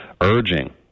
urging